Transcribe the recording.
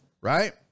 right